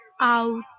out